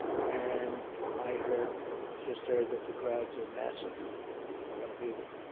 and i heard just heard that the crowds are massive that want to be there.